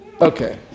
Okay